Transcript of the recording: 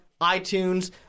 iTunes